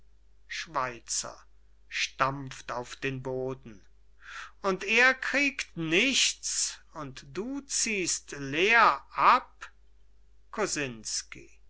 boden und er kriegte nichts und du zogst leer ab